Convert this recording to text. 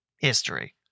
history